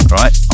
right